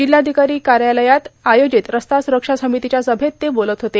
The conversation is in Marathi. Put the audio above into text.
जिल्हाधिकारी कायालयात आयोजित रस्ता स्रक्षा र्सामतीच्या सभेत ते बोलत होते